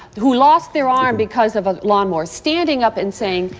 who lost their arm because of a lawnmower, standing up and saying,